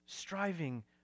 Striving